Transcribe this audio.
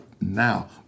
now